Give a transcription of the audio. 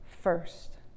first